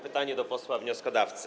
Pytanie do posła wnioskodawcy.